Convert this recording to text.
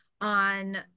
on